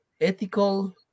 ethical